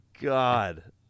God